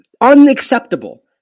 unacceptable